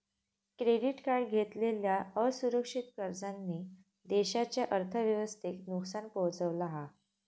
credit card घेतलेल्या असुरक्षित कर्जांनी देशाच्या अर्थव्यवस्थेक नुकसान पोहचवला हा